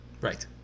Right